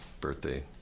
birthday